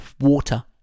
water